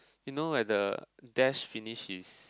you know where the Dash finished his